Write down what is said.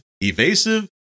evasive